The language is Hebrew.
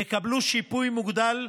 יקבלו שיפוי מוגדל,